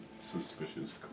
suspicious